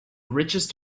richest